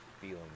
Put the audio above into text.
feeling